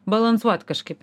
balansuot kažkaip